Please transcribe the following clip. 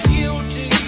Guilty